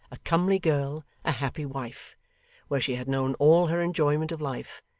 a comely girl, a happy wife where she had known all her enjoyment of life,